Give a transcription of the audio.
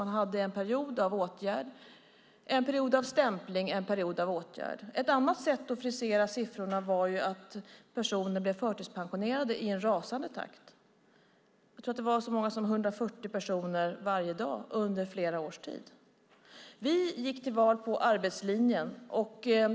Man hade en period av åtgärd, en period av stämpling, en period av åtgärd. Ett annat sätt att frisera siffrorna var att låta personer bli förtidspensionerade i en rasande takt. Det var så många som 140 personer varje dag under flera års tid. Vi gick till val på arbetslinjen.